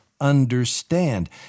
understand